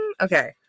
Okay